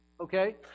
Okay